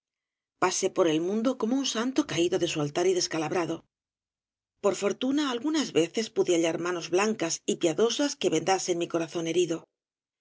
pasé por el mundo como un santo caído de su altar y descalabrado por fortuna algunas veces pude hallar manos blancas y piadosas que vendasen mi corazón herido